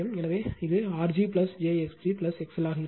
எனவே இது R g j x g XL ஆக இருக்கும்